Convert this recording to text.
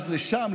אז לשם,